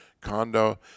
condo